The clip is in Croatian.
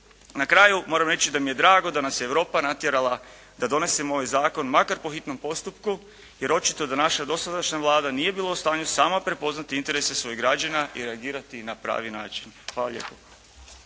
Na kraju moram reći da mi je drago da nas je Europa natjerala da donesemo ovaj zakon makar po hitnom postupku jer očito da naša dosadašnja Vlada nije bila u stanju sama prepoznati interese svojih građana i reagirati na pravi način. Hvala lijepo.